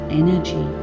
energy